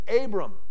Abram